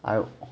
I